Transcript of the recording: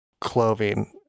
clothing